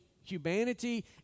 humanity